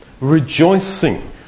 Rejoicing